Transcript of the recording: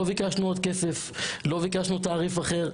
לא ביקשנו עוד כסף או תעריף אחר,